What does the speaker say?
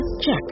Check